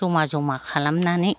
जमा जमा खालामनानै